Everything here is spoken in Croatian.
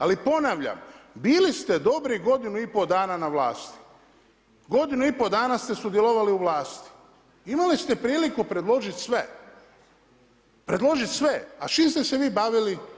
Ali ponavljam, bili ste dobrih godinu i pol dana na vlasti, godinu i pol dana ste sudjelovali u vlasti, imali ste priliku predložiti sve, a s čim ste se vi bavili?